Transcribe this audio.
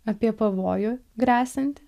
apie pavojų gresiantį